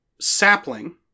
sapling